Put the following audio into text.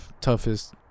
toughest